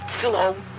slow